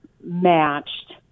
matched